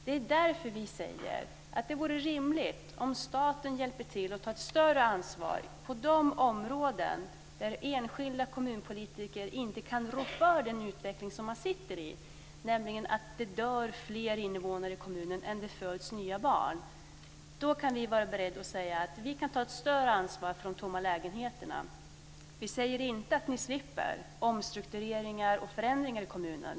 Det är därför vi säger att det vore rimligt om staten hjälpte till och tog ett större ansvar på områden där enskilda kommunpolitiker inte kan rå för den utveckling man sitter i. Om det t.ex. dör fler invånare i kommunen än det föds nya barn kan vi vara beredda att säga: Vi kan ta ett större ansvar för de tomma lägenheterna. Men vi säger inte att ni slipper omstruktureringar och förändringar i kommunen.